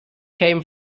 came